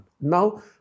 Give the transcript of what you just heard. now